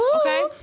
Okay